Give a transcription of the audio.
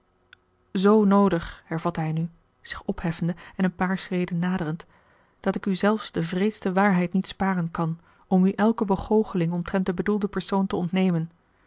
zoo noodig hervatte hij nu zich opheffende en een paar schreden naderend dat ik u zelfs de wreedste waarheid niet sparen kan om u elke begoocheling omtrent den bedoelden persoon te ontnemen